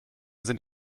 sind